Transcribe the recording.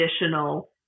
additional